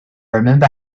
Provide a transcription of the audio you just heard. remember